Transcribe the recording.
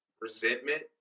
resentment